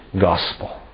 gospel